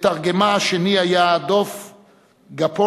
מתרגמה השני היה דב גפונוב,